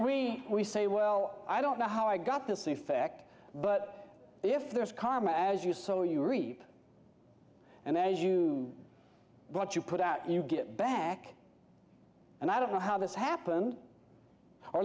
we say well i don't know how i got this effect but if there's karma as you so you reap and as you do what you put out you get back and i don't know how this happened o